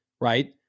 Right